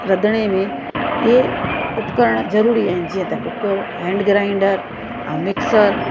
रंधिणे में इहे उपकरण ज़रूरी आहिनि जीअं त कूकर हैंड ग्राईंडर ऐं मिक्सर